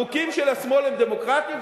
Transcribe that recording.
חוקים של השמאל הם דמוקרטיים,